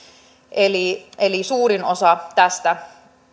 eli eli suurin osa tästä